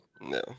No